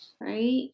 Right